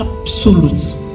absolute